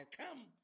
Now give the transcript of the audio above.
come